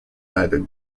neither